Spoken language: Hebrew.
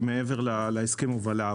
שמעבר להסכם הובלה.